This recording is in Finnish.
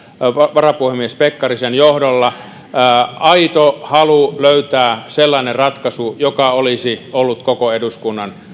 varapuhemies pekkarisen johdolla oli aito halu löytää sellainen ratkaisu joka olisi ollut koko eduskunnan